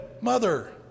mother